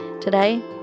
Today